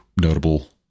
notable